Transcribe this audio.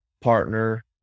partner